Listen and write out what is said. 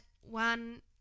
one